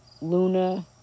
luna